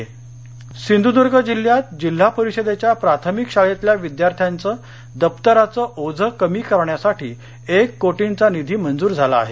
सिंधर्व्य सिंधूदर्ग जिल्हयात जिल्हा परिषदेच्या प्राथमिक शाळेतल्या विद्यार्थ्याचं दप्तराचं ओझं कमी करण्यासाठी एक कोटींचा निधी मंजूर झाला आहे